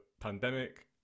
pandemic